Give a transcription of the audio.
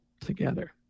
together